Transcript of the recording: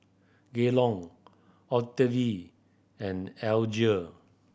Gaylon Octavie and Alger